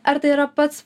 ar tai yra pats